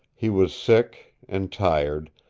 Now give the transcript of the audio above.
he was sick and tired,